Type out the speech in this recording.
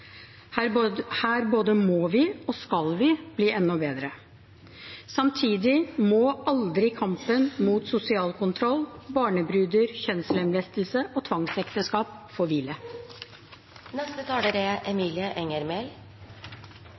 Her både må vi og skal vi bli enda bedre. Samtidig må aldri kampen mot sosial kontroll, barnebruder, kjønnslemlestelse og tvangsekteskap